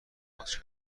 ماچ